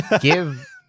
Give